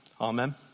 Amen